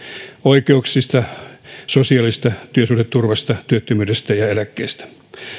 oikeuksista sosiaalisesta työsuhdeturvasta työttömyydestä ja eläkkeistä